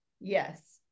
yes